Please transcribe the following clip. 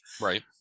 right